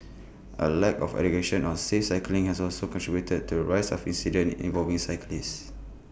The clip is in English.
A lack of education on safe cycling has also contributed to the rise of incidents involving cyclists